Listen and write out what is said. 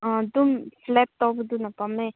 ꯑꯥ ꯑꯗꯨꯝ ꯐ꯭ꯂꯦꯠ ꯇꯧꯕꯗꯨꯅ ꯄꯥꯝꯃꯦ